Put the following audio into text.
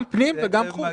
גם פנים וגם חוץ?